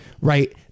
right